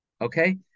Okay